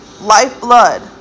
lifeblood